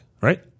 right